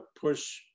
push